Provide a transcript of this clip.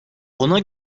ona